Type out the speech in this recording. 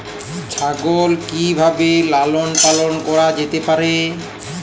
ছাগল কি ভাবে লালন পালন করা যেতে পারে?